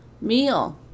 meal